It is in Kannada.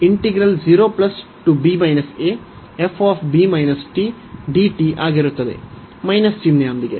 ಮೈನಸ್ ಚಿಹ್ನೆಯೊಂದಿಗೆ